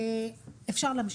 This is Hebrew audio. אפשר להמשיך.